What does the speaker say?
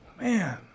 Man